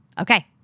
Okay